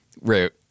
Root